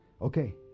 Okay